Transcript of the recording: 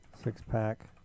Six-pack